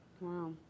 Wow